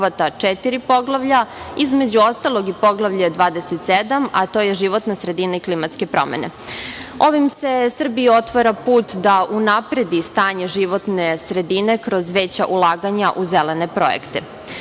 četiri poglavlja između ostalog i Poglavlje 27, a to je životna sredina i klimatske promene. Ovim se Srbiji otvara put da unapredi stanje životne sredine kroz veća ulaganja u zelene projekte.